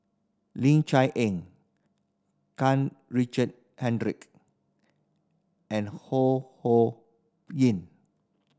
Ling Cher Eng Karl Richard Hanitsch and Ho Ho Ying